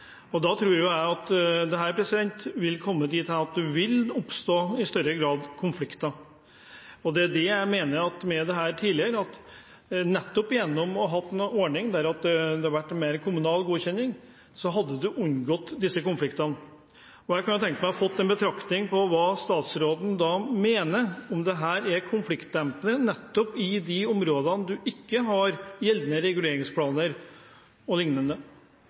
boligområder. Da tror jeg at det vil komme dit hen at det i større grad vil oppstå konflikter. Det var det jeg mente tidligere, at ved å ha en ordning med kommunal godkjenning hadde man unngått disse konfliktene. Jeg kunne tenkt meg å få en betraktning av hva statsråden mener, om dette er konfliktdempende i de områdene man ikke har gjeldende reguleringsplaner